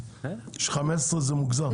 אבל 15% זה מוגזם.